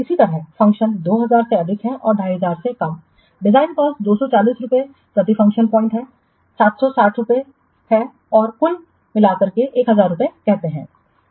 इसी तरह फ़ंक्शन 2000 से अधिक है और 2500 से कम डिज़ाइन कॉस्ट240 फ़ंक्शन कॉस्टप्रति फ़ंक्शन बिंदु 760 है और कुल प्रत्येक 1000 रुपये कहते हैं